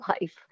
life